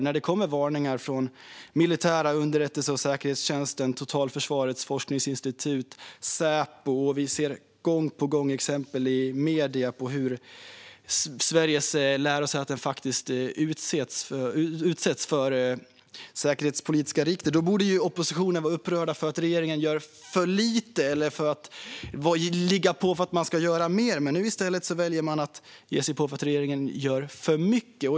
När det kommer varningar från den militära underrättelse och säkerhetstjänsten, Totalförsvarets forskningsinstitut och Säpo och vi gång på gång ser exempel i medierna på hur Sveriges lärosäten utsätts för säkerhetspolitiska risker borde oppositionen vara upprörd för att regeringen gör för lite och ligga på för att den ska göra mer. Nu väljer man i stället att ge sig på regeringen för att den gör för mycket.